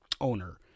owner